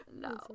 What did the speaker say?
No